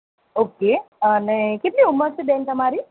okay અને કેટલી ઉંમર છે બેન તમારી